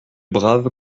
brave